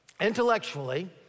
intellectually